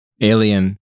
Alien